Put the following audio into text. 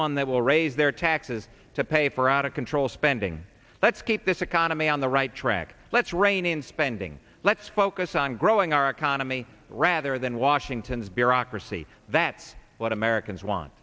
one that will raise their taxes to pay for out of control spending let's keep this economy on the right track let's rein in spending let's focus on growing our economy rather than washington's bureaucracy that's what americans want